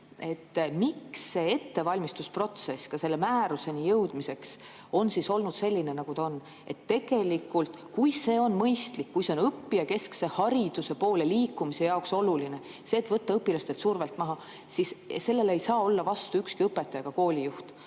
Miks see ettevalmistusprotsess ka selle määruseni jõudmiseks on olnud selline, nagu ta on? Tegelikult, kui see on mõistlik, kui see on õppijakeskse hariduse poole liikumise jaoks oluline – see, et võtta õpilastelt survet maha –, siis sellele ei saa olla vastu ükski õpetaja ega koolijuht.